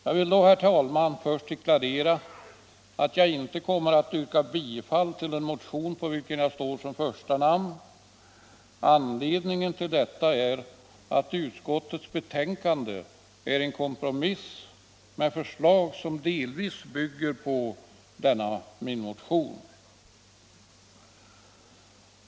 Jag vill då, herr talman, först deklarera att jag inte kommer att yrka bifall till den motion på vilken jag står som första namn. Anledningen till detta är att utskottets betänkande är en kompromiss med förslag som delvis bygger på denna motion.